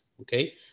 Okay